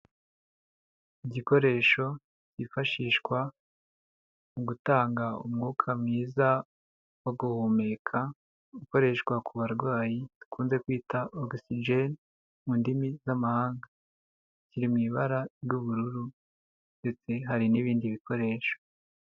Igikoresho cyifashishwa mu gutanga umwuka mwiza wo guhumeka, ukoreshwa ku barwayi dukunze kwita Oxygen mu ndimi z'amahanga, kiri mu ibara ry'ubururu ndetse hari n'ibindi bikoresho.